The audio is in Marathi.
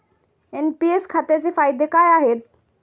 एन.पी.एस खात्याचे फायदे काय आहेत?